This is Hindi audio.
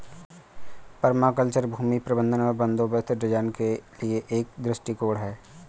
पर्माकल्चर भूमि प्रबंधन और बंदोबस्त डिजाइन के लिए एक दृष्टिकोण है